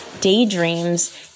daydreams